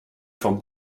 vom